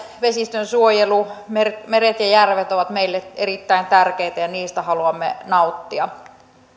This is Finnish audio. vesistönsuojelu meret meret ja järvet ovat meille erittäin tärkeitä ja niistä haluamme nauttia